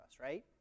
right